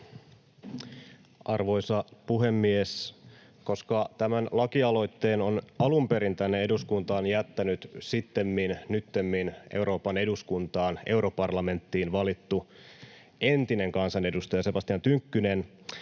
Arvoisa puhemies! Koska tämän lakialoitteen on alun perin tänne eduskuntaan jättänyt sittemmin Euroopan eduskuntaan, europarlamenttiin, valittu entinen kansanedustaja Sebastian Tynkkynen